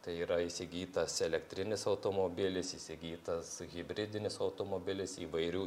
tai yra įsigytas elektrinis automobilis įsigytas hibridinis automobilis įvairių